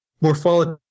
morphology